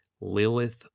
Lilith